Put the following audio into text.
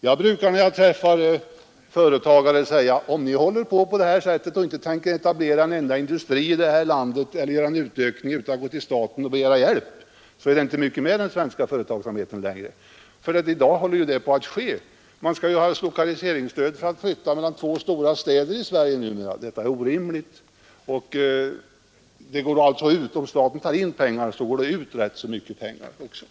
Jag brukar, när jag träffar företagare, säga: Om ni håller på på det här sättet och inte tänker etablera en enda industri i det här landet eller göra en utökning utan att gå till staten och begära hjälp, så är det inte mycket med den svenska företagsamheten längre. I dag håller det ju på att ske — man skall ha lokaliseringsstöd för att flytta mellan två stora städer i Sverige numera. Detta är orimligt. Om staten tar in pengar av företagen, så går det också ut rätt så mycket pengar till dem.